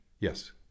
Yes